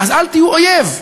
אל תהיו אויב,